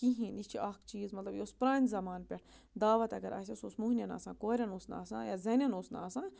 کِہیٖنۍ یہِ چھِ اَکھ چیٖز مطلب یہِ اوس پرٛانہِ زَمانہٕ پٮ۪ٹھ دعوت اگر آسہِ ہا سُہ اوس موٚہنِوٮ۪ن آسان کورٮ۪ن اوس نہٕ آسان یا زَنٮ۪ن اوس نہٕ آسان